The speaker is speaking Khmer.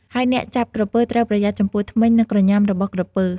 ហើយអ្នកចាប់ក្រពើត្រូវប្រយ័ត្នចំពោះធ្មេញ និងក្រញ៉ាំរបស់ក្រពើ។